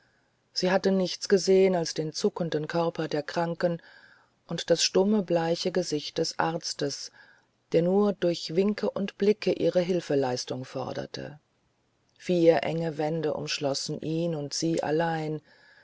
sie hatte nichts gesehen als den zuckenden körper der kranken und das stumme bleiche gesicht des arztes der nur durch winke und blicke ihre hilfeleistungen forderte vier enge wände umschlossen ihn und sie allein